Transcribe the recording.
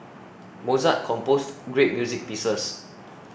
Mozart composed great music pieces